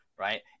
right